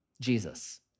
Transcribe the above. Jesus